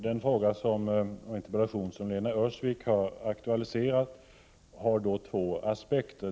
Herr talman! Den fråga som Lena Öhrsvik aktualiserar i interpellationen har två aspekter.